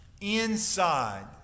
inside